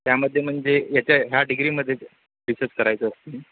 त्यामध्ये म्हणजे याच्या ह्या डिग्रीमध्ये रिसर्च करायचं असते